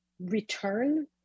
return